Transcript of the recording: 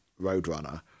Roadrunner